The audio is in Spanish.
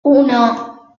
uno